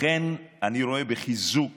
לכן אני רואה בחיזוק